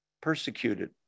persecuted